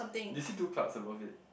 do you see two clouds above it